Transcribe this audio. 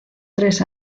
tres